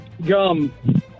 gum